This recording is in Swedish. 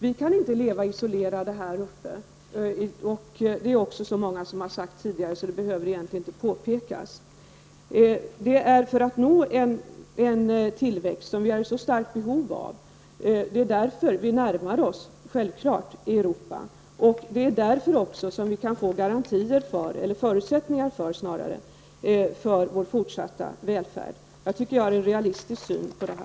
Vi kan inte leva isolerade här uppe. Så många har sagt det tidigare, att jag egentligen inte behöver påpeka det. Vi närmar oss Europa för att nå en tillväxt som vi är i starkt behov av. Därigenom kan vi få förutsättningar för vår fortsatta välfärd. Jag tycker att jag har en realistisk syn på detta.